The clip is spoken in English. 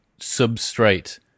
substrate